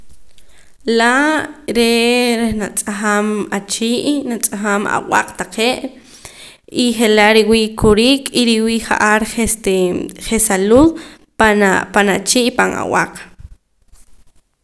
Laa' re' reh natz'ajam achii' natz'ajam ab'aaq taqee' y je'laa riwii' kurik y riwii' ja'ar este je' salud panaa panachii' y pan ab'aaq